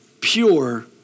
pure